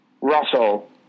Russell